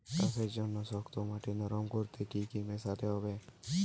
চাষের জন্য শক্ত মাটি নরম করতে কি কি মেশাতে হবে?